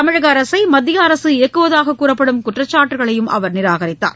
தமிழகஅரசைமத்தியஅரசு இயக்குவதாககூறப்படும் குற்றச்சாட்டுக்களையும் அவர் நிராகரித்தார்